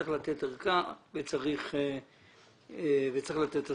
צריך לתת ארכה וצריך לתת אזהרה.